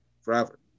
forever